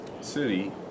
city